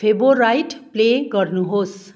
favourite play गर्नुहोस्